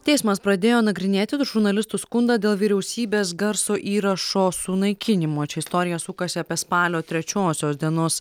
teismas pradėjo nagrinėti žurnalistų skundą dėl vyriausybės garso įrašo sunaikinimo čia istorija sukasi apie spalio trečiosios dienos